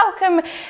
welcome